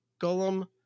Golem